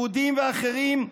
יהודים ואחרים.